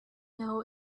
know